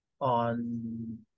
on